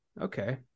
okay